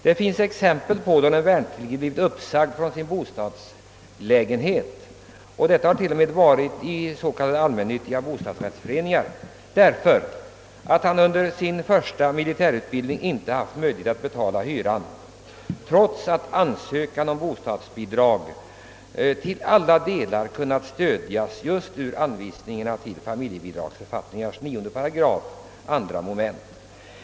Det finns exempel på när en värnpliktig blivit uppsagd från sin bostadslägenhet, något som t.o.m. förekommit i s.k. allmännyttiga bostadsrättsföreningar, därför att han under sin första militärutbildning inte haft möjlighet att betala hyran, trots att ansökan om bostadsbidrag till alla delar kunnat stödjas just med anvisningarna : till familjebidragsförfattningarnas 9 § 2 mom.